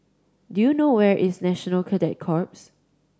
do you know where is National Cadet Corps